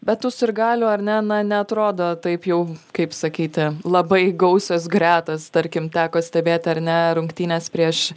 bet tų sirgalių ar ne na neatrodo taip jau kaip sakyti labai gausios gretos tarkim teko stebėti ar ne rungtynes prieš